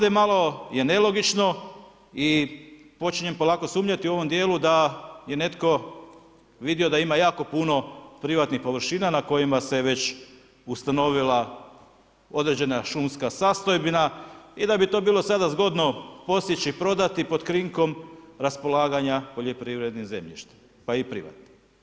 Meni ovdje malo je nelogično i počinjem polako sumnjati u ovom djelu da je netko vidio da ima jako puno privatnih površina na kojima se već ustanovila određena šumska sastojbina i da bi to bilo sada zgodno posjeći, prodati pod krinkom raspolaganja poljoprivrednog zemljišta pa i privatnog.